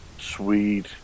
Sweet